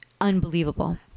Unbelievable